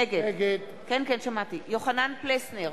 נגד יוחנן פלסנר,